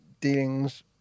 dealings